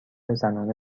زنانه